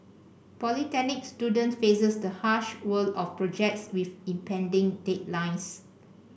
polytechnic student faces the harsh world of projects with impending deadlines